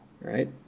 right